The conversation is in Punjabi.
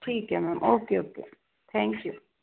ਠੀਕ ਹੈ ma'am okay okay thank you